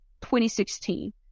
2016